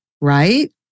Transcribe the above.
right